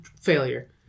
failure